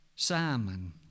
Simon